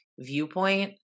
viewpoint